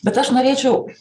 bet aš norėčiau